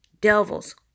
devils